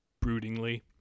broodingly